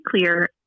clear